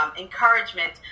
encouragement